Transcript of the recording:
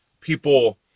people